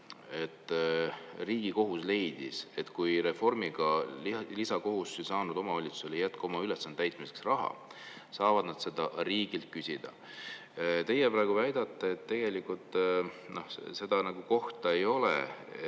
Riigikohus leidis, et kui reformiga lisakohustusi saanud omavalitsustel ei jätku oma ülesannete täitmiseks raha, siis saavad nad seda riigilt küsida. Teie praegu väidate, et tegelikult seda kohta ei ole,